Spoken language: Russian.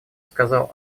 сказал